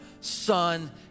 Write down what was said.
Son